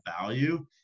value